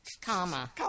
comma